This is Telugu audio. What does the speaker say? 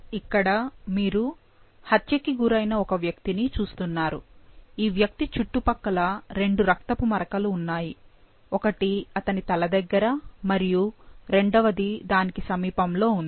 ఇక్కడ మీరు హత్యకి గురైన ఒక వ్యక్తిని చూస్తున్నారు ఈ వ్యక్తి చుట్టుపక్కల రెండు రక్తపు మరకలు ఉన్నాయి ఒకటి అతని తల దగ్గర మరియు రెండవది దానికి సమీపంలో ఉంది